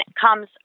comes